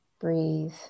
Breathe